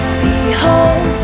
behold